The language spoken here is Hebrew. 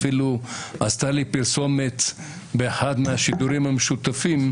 אפילו עשתה לי פרסומת באחד מהשידורים המשותפים,